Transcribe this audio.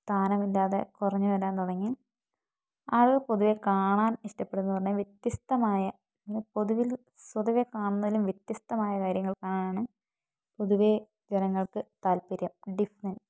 സ്ഥാനമില്ലാതെ കുറഞ്ഞു വരാൻ തുടങ്ങി ആളുകൾ പൊതുവെ കാണാൻ ഇഷ്ടപ്പെടുന്നത് പറഞ്ഞാൽ വ്യത്യസ്തമായ പൊതുവിൽ പൊതുവെ കാണുന്നതിലും വ്യത്യസ്തമായ കാര്യങ്ങൾ കാണാനാണ് പൊതുവേ ജനങ്ങൾക്ക് താല്പര്യം ഡിഫ്ഫറെന്റ്